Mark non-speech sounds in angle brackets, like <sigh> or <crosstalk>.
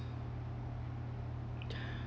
<breath>